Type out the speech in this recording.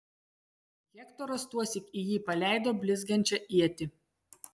hektoras tuosyk į jį paleido blizgančią ietį